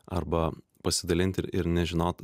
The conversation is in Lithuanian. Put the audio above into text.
arba pasidalint ir ir nežinot